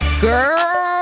Girl